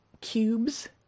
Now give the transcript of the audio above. cubes